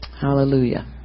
Hallelujah